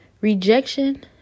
Rejection